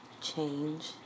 change